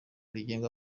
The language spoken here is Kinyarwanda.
rigenga